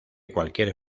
cualquier